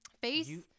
face